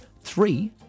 Three